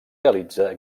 realitza